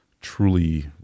truly